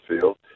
field